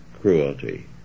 cruelty